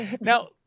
Now